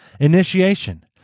initiation